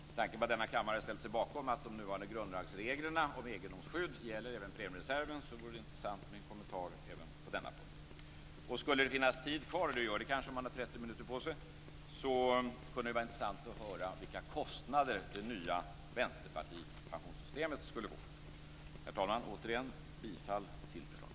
Med tanke på att denna kammare har ställt sig bakom att de nuvarande grundlagsreglerna om egendomsskydd gäller även premiereserven vore det intressant med en kommentar även på denna punkt. Skulle det finnas tid kvar - det gör det kanske om man har 30 minuter på sig - kunde det vara intressant att få höra vilka kostnader det nya vänsterpartipensionssystemet skulle innebära. Herr talman! Återigen yrkar jag bifall till förslaget.